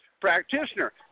practitioner